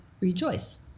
rejoice